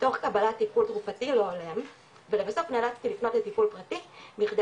תוך קבלת טיפול תרופתי וגם בסוף נאלצתי לפנות לטיפול פרטי בכדי